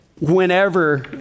whenever